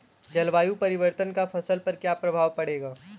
जलवायु परिवर्तन का फसल पर क्या प्रभाव पड़ेगा?